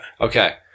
Okay